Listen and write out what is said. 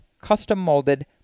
Custom-molded